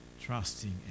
trusting